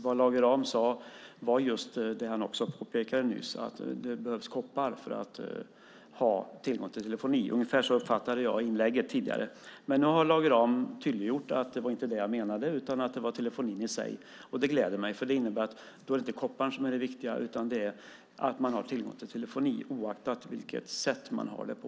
Vad Lage Rahm sade var också det han påpekade nyss: Det behövs koppar för att ha tillgång till telefoni. Ungefär så uppfattade jag inlägget tidigare. Men nu har Lage Rahm tydliggjort att det inte var det han menade, utan att det var telefonin i sig. Det gläder mig, för det innebär att det inte är kopparn som är det viktiga utan att man har tillgång till telefoni oaktat vilket sätt man har det på.